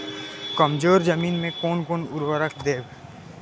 कमजोर जमीन में कोन कोन उर्वरक देब?